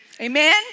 Amen